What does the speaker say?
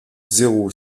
zéro